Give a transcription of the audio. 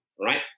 right